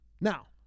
Now